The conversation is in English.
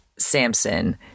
Samson